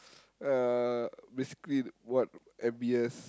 uh basically what M_B_S